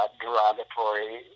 derogatory